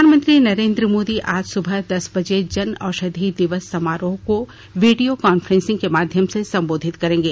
प्रधानमंत्री नरेन्द्र मोदी आज सुबह दस बजे जन औषधि दिवस समारोह को वीडियो कॉन्फ्रेंसिंग के माध्यम से संबोधित करेंगे